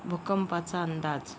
भूकंपाचा अंदाज